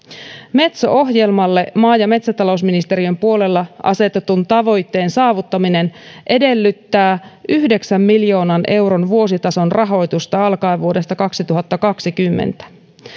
metso ohjelmalle maa ja metsätalousministeriön puolella asetetun tavoitteen saavuttaminen edellyttää yhdeksän miljoonan euron vuositason rahoitusta alkaen vuodesta kaksituhattakaksikymmentä